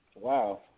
Wow